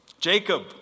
Jacob